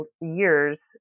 years